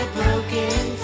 broken